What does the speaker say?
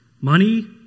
Money